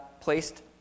placed